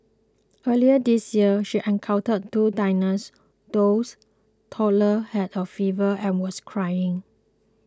earlier this year she encountered two diners those toddler had a fever and was crying